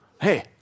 hey